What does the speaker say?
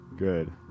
Good